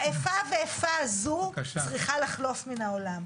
האיפה ואיפה הזו צריכה לחלוף מן העולם.